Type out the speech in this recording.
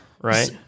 right